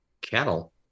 cattle